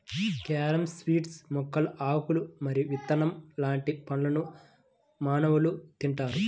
carom seeds మొక్కల ఆకులు మరియు విత్తనం లాంటి పండ్లను మానవులు తింటారు